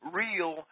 real